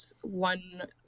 one